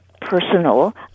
personal